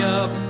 up